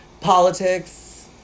Politics